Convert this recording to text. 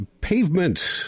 pavement